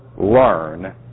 learn